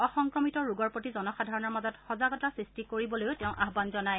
অসংক্ৰমিত ৰোগৰ প্ৰতি জনসাধাৰণৰ মাজত সজাগতা সৃষ্টি কৰিবলৈও তেওঁ আহ্বান জনায়